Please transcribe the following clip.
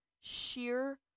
sheer